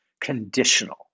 conditional